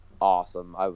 awesome